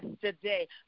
today